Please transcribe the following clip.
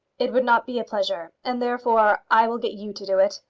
it would not be a pleasure, and therefore i will get you to do it.